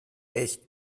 echt